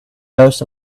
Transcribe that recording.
most